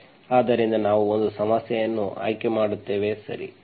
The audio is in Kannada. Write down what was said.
ಆದ್ದರಿಂದ ನಾವು ಒಂದು ಸಮಸ್ಯೆಯನ್ನು ಆಯ್ಕೆ ಮಾಡುತ್ತೇವೆ ಸರಿ